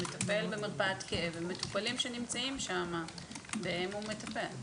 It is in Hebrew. הוא מטפל במרפאת כאב ומטופלים שנמצאים שם בהם הם מטפל,